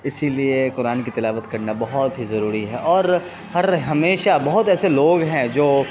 اسی لیے قرآن کی تلاوت کرنا بہت ہی ضروری ہے اور ہر ہمیشہ بہت ایسے لوگ ہیں جو